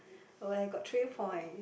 uh I got three point